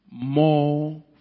More